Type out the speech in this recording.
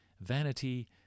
Vanity